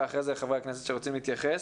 ואחרי כן חברי הכנסת שירצו להתייחס.